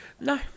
No